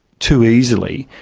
too easily,